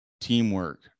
teamwork